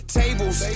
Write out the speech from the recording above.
tables